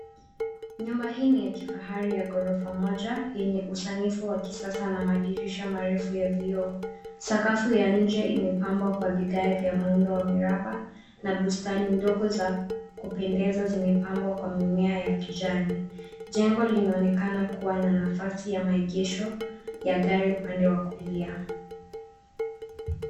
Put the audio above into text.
Nyumba hii ni ya kifahari ya ghorofa moja yenye usanifu wa kisasa na madirisha marefu ya vioo. Sakafu ya nje imepambwa kwa vigae vya muundo wa miraba na bustani ndogo za kupendeza zimepambwa kwa mimea ya kijani. Jengo linaonekana kuwa na nafasi ya maegesho ya gari upande wa kulia.